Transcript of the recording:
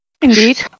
Indeed